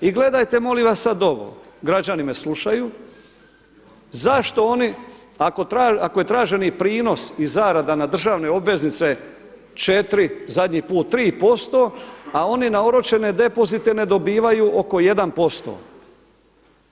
I gledajte molim vas sada ovo, građani me slušaju zašto oni ako je traženi prinos i zarada na državne obveznice 4 zadnji put 3% a oni na oročene depozite ne dobivaju oko 1%.